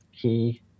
key